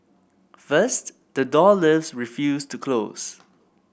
first the door lifts refused to close